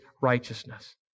righteousness